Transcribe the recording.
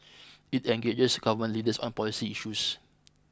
it engages government leaders on policy issues